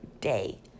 day